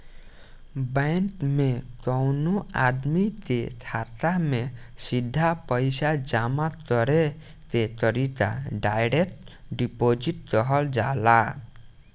bank में कवनो आदमी के खाता में सीधा पईसा जामा करे के तरीका डायरेक्ट डिपॉजिट कहल जाला